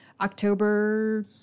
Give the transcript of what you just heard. October